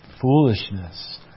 foolishness